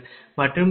மற்றும் A10